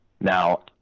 Now